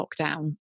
lockdown